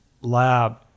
lab